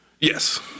Yes